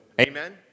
Amen